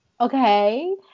okay